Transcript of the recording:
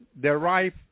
derive